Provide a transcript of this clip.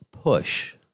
Push